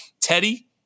Teddy